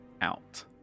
out